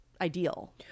ideal